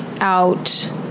out